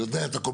יודע את הכל,